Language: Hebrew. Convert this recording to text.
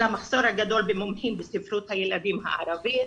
המחסור הגדול במומחים בספרות הילדים הערבית,